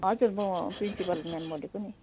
हजुर म principal ma'am बोलेको नि